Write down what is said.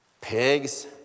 Pigs